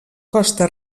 costa